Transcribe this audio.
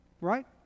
Right